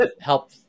help